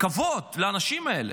כבוד לאנשים האלה.